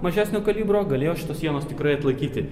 mažesnio kalibro galėjo šitos sienos tikrai atlaikyti